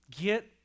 Get